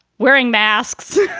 wearing masks.